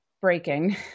breaking